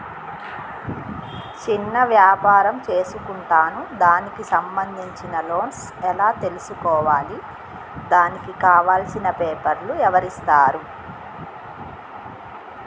చిన్న వ్యాపారం చేసుకుంటాను దానికి సంబంధించిన లోన్స్ ఎలా తెలుసుకోవాలి దానికి కావాల్సిన పేపర్లు ఎవరిస్తారు?